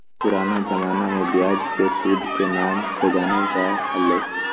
पुराना जमाना में ब्याज के सूद के नाम से जानल जा हलय